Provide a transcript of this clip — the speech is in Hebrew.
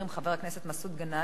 חבר הכנסת מסעוד גנאים,